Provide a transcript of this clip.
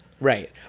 Right